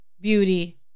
beauty